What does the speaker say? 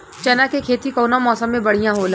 चना के खेती कउना मौसम मे बढ़ियां होला?